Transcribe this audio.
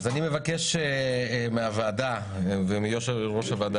אז אני מבקש מהוועדה ומיושב-ראש הוועדה